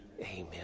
Amen